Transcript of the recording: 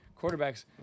quarterbacks